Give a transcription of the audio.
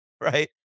right